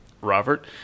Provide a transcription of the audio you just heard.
Robert